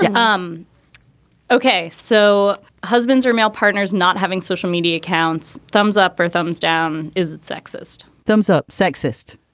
yeah um ok. so husbands or male partners not having social media accounts. thumbs up or thumbs down? is it sexist? thumbs up? sexist?